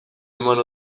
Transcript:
eman